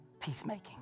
Peacemaking